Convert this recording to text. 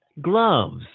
Gloves